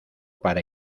para